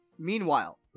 Meanwhile